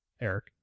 Eric